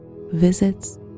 visits